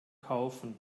kaufen